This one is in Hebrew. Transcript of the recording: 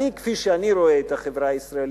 כפי שאני רואה את החברה הישראלית,